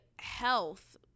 health